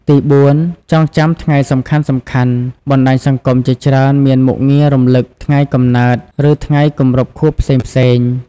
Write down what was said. ទីបួន ចងចាំថ្ងៃសំខាន់ៗ បណ្ដាញសង្គមជាច្រើនមានមុខងាររំលឹក ថ្ងៃកំណើត ឬថ្ងៃគម្រប់ខួបផ្សេងៗ។